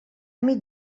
mig